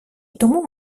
тому